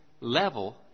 level